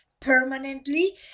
permanently